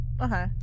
Okay